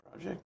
project